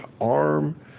arm